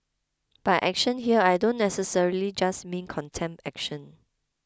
by action here I don't necessarily just mean contempt action